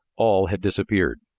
all had disappeared.